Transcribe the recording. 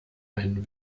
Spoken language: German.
ein